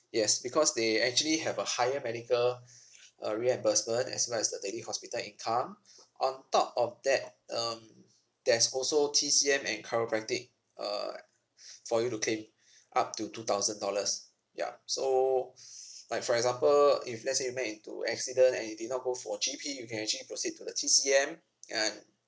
yes because they actually have a higher medical uh reimbursement as well as the daily hospital income on top of that um there's also T_C_M and chiropractic uh for you to claim up to two thousand dollars yup so like for example if let's say you met into an accident and you did not go for G_P you can actually proceed to the T_C_M and